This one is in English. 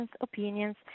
opinions